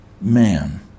man